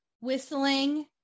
whistling